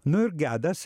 nu ir gedas